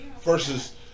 Versus